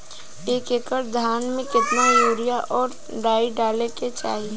एक एकड़ धान में कितना यूरिया और डाई डाले के चाही?